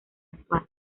actuar